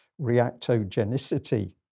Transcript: reactogenicity